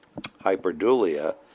hyperdulia